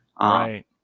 Right